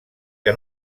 que